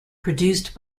produced